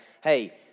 hey